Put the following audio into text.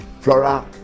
flora